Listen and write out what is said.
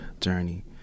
journey